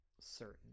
certain